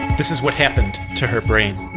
this is what happened to her brain.